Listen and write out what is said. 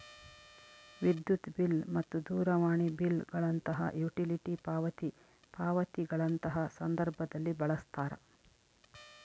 ವಿದ್ಯುತ್ ಬಿಲ್ ಮತ್ತು ದೂರವಾಣಿ ಬಿಲ್ ಗಳಂತಹ ಯುಟಿಲಿಟಿ ಪಾವತಿ ಪಾವತಿಗಳಂತಹ ಸಂದರ್ಭದಲ್ಲಿ ಬಳಸ್ತಾರ